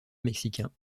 mexicain